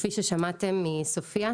כפי ששמעתם מסופיה,